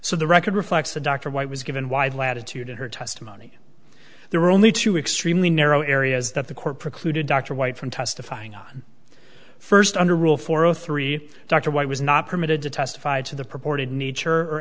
so the record reflects the dr white was given wide latitude in her testimony there were only two extremely narrow areas that the court precluded dr white from testifying on first under rule four zero three dr white was not permitted to testify to the purported nature